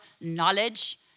knowledge